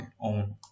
own